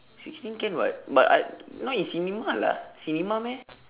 sixteen can [what] but I not in cinema lah cinema meh